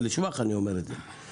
אני אומר את זה לשבח.